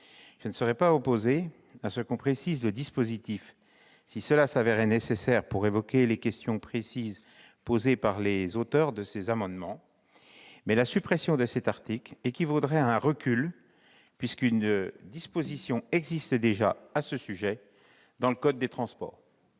Je ne serais pas opposé à ce qu'on précise le dispositif, si cela s'avérait nécessaire, pour évoquer les questions précises posées par les auteurs de ces amendements, mais la suppression de l'article équivaudrait à un recul, puisqu'une disposition de cet ordre existe déjà dans le code des transports.